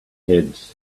heads